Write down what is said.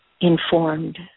informed